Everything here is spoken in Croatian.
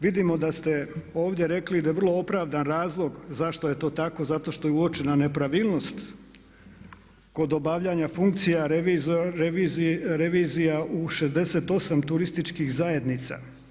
Vidimo da ste ovdje rekli da je vrlo opravdan razlog zašto je to tako, zato što je uočena nepravilnost kod obavljanja funkcija revizija u 68 turističkih zajednica.